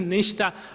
Ništa.